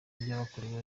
ibyabakorewe